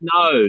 no